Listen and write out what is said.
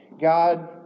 God